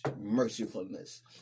mercifulness